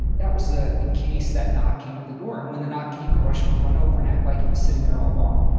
that was in case that knock came at the door. and when the knock came, the russian would run over and act like he was sitting there all along.